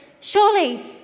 surely